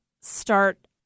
start